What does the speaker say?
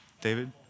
David